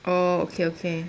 oh okay okay